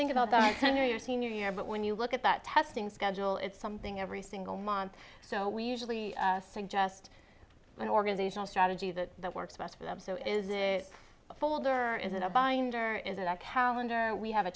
think about that under your senior year but when you look at that testing schedule it's something every single month so we usually suggest an organizational strategy that works best for them so is it a folder is it a binder is it a calendar we have a